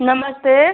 नमस्ते